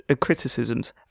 criticisms